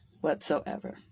whatsoever